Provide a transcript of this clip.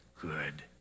good